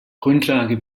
grundlage